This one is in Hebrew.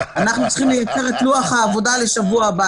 אנחנו צריכים --- את לוח העבודה לשבוע הבא,